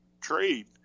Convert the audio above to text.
trade